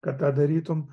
kad tą darytum